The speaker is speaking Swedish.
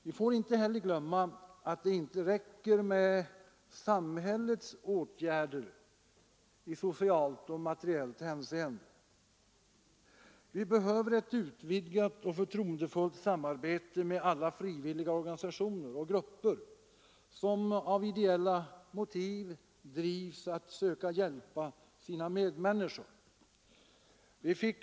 Vi får inte heller glömma att det inte räcker med samhällets åtgärder i socialt och materiellt hänseende. Det behövs ett utvidgat och förtroendefullt samarbete med alla frivilliga organisationer och grupper, som av ideella motiv drivs att söka hjälpa sina medmänniskor.